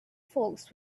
folks